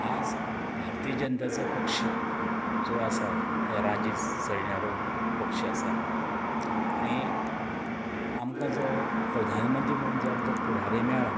आज भारतीय जनता जो पक्ष जो आसा ते राज्य चलवणारो जे आसा आनी आमकां जो प्रधआनमंत्री जो आमकां पुडारीं मेळ्ळा